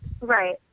Right